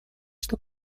что